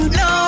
no